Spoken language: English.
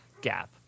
gap